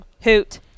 Hoot